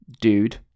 dude